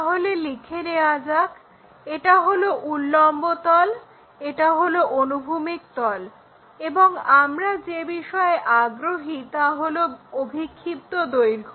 তাহলে লিখে নেওয়া যাক এটা হলো উল্লম্ব তল এটা হলো অনুভূমিক তল এবং আমরা যে বিষয়ে আগ্রহী তা হলো অভিক্ষিপ্ত দৈর্ঘ্য